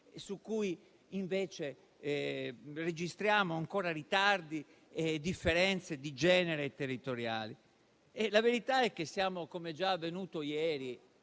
su cui invece registriamo ancora ritardi e differenze di genere territoriali. La verità è che siamo - com'è già avvenuto ieri